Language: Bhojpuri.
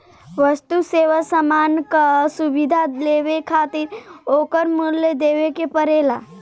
वस्तु, सेवा, सामान कअ सुविधा लेवे खातिर ओकर मूल्य देवे के पड़ेला